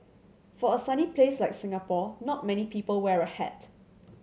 for a sunny places like Singapore not many people wear a hat